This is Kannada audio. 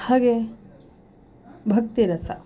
ಹಾಗೆಯೇ ಭಕ್ತಿರಸ